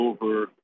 over